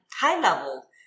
high-level